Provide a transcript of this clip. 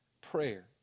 Prayer